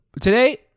today